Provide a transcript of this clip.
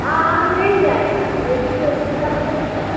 हाँ हाँ मिल जाएगा ए सी ओसी सब कुछ है